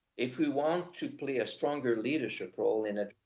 if we want to play a stronger leadership role in it,